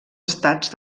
estats